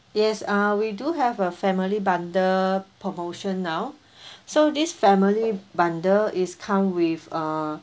yes uh we do have a family bundle promotion now so this family bundle is come with uh